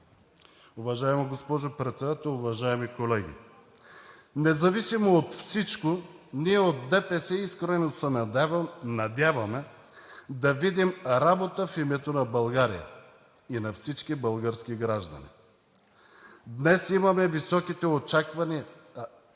Уважаема госпожо Председател, уважаеми колеги! Независимо от всичко, ние от ДПС искрено се надяваме да видим работа в името на България и на всички български граждани. Днес имаме високите очаквания на